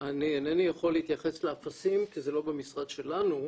אינני יכול להתייחס לאפסים כי זה לא במשרד שלנו,